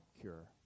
cure